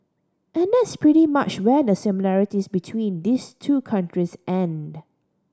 and that's pretty much where the similarities between these two countries end